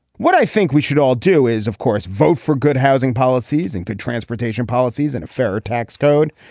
what i think we should all do is of course vote for good housing policies and good transportation policies and a fairer tax code.